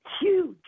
huge